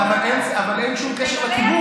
אבל אין שום קשר לכיבוש.